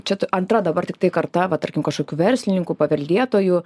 čia antra dabar tiktai karta va tarkim kažkokių verslininkų paveldėtojų